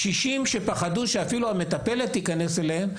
במקרים בהם קשישים פחדו שאפילו המטפלת תיכנס אליהם,